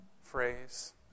phrase